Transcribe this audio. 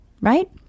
right